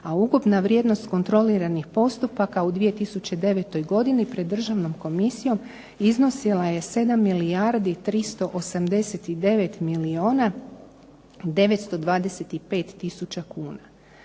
A ukupna vrijednost kontroliranih postupaka u 2009. godini pred Državnom komisijom iznosila je 7 milijardi 389 milijuna 925 tisuća kuna.